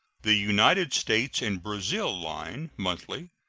the united states and brazil line, monthly